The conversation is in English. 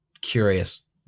Curious